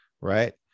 right